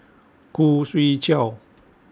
Khoo Swee Chiow